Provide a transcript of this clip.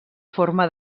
forma